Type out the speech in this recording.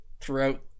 throughout